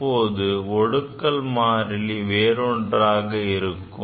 இப்போது ஒடுக்கல் மாறிலி வேறொன்றாக இருக்கும்